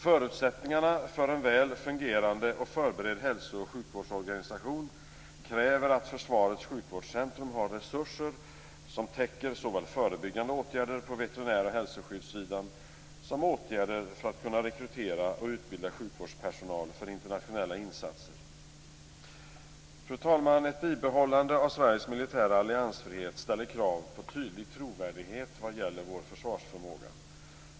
Förutsättningarna för en väl fungerande och förberedd hälso och sjukvårdsorganisation kräver att Försvarets sjukvårdscentrum har resurser som täcker såväl förebyggande åtgärder på veterinär och hälsoskyddssidan som åtgärder för att kunna rekrytera och utbilda sjukvårdspersonal för internationella insatser. Fru talman! Ett bibehållande av Sveriges militära alliansfrihet ställer krav på tydlig trovärdighet vad gäller vår försvarsförmåga.